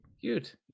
Cute